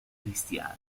cristiani